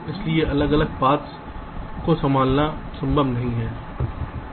इसलिए अलग अलग पाथ्स paths को संभालना संभव नहीं है